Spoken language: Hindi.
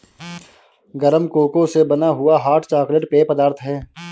गरम कोको से बना हुआ हॉट चॉकलेट पेय पदार्थ है